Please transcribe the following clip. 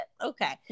Okay